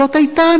זאת היתה,